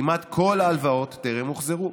כמעט כל ההלוואות טרם הוחזרו.